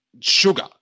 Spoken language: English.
sugar